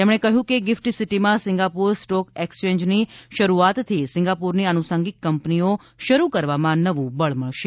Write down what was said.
તેમણે કહ્યું કે ગિફટ સિટીમાં સિંગાપોર સ્ટોક એકસચેન્જની શરૂઆતથી સિંગાપોરની આનુષાંગીક કંપનીઓ શરૂ કરવામાં નવું બળ મળશે